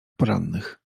porannych